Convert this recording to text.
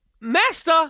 Master